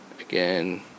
again